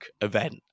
event